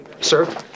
Sir